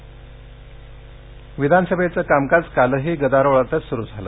विधानसभा विधान सभेचं कामकाज कालही गदारोळातच सुरू झालं